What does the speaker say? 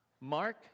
Mark